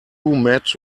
met